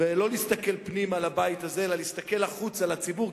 ולא להסתכל פנימה לבית הזה אלא להסתכל החוצה לציבור,